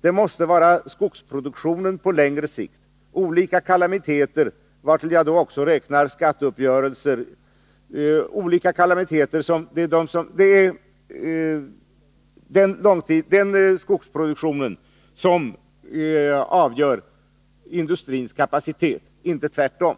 Det måste vara skogsproduktionen på längre sikt — olika kalamiteter, vartill jag då också hänför skatteuppgörelser, inräknade — som avgör industrins kapacitet, inte tvärtom.